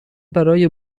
برای